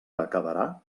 acabarà